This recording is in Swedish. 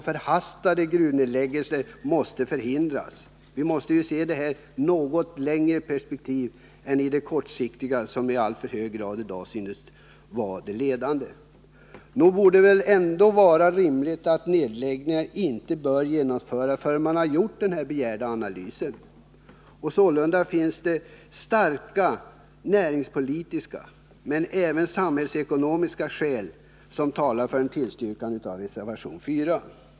Förhastade gruvnedläggelser måste förhindras. Vi måste se det här i ett längre perspektiv — det är det kortsiktiga perpektivet som i dag tycks vara dominerande. Nog vore det rimligt att inga nedläggningar genomförs förrän man gjort den begärda analysen. Sålunda finns det starka näringspolitiska och även samhällsekonomiska skäl som talar för ett bifall till reservation 4.